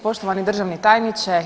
Poštovani državni tajniče.